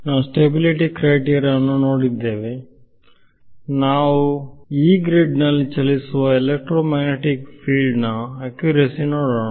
ನಾವು stability criteria ನೋಡಿದ್ದೇವೆ ಇನ್ನು ನಾವು Yee ಗ್ರಿಡ್ನಲ್ಲಿ ಚಲಿಸುವ ಎಲೆಕ್ಟ್ರೊಮ್ಯಾಗ್ನೆಟಿಕ್ ಫೀಲ್ಡ್ ನ ಅಕ್ಯುರೆಸಿ ನೋಡೋಣ